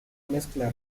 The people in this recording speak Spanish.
mezcla